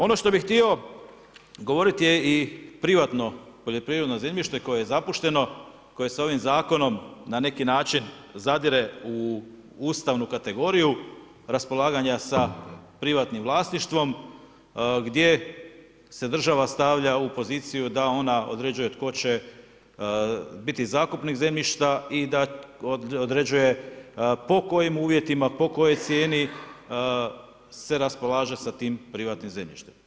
Ono što bih htio govoriti je i privatno poljoprivrednom zemljište koje je zapušteno, koje se ovim zakonom na neki način zadire u ustavnu kategoriju raspolaganja sa privatnim vlasništvo gdje se država stavlja u poziciju da određuje tko će biti zakupnik zemljišta i da određuje po kojim uvjetima, po kojoj cijeni se raspolaže sa tim privatnim zemljištem.